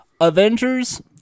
Avengers